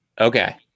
okay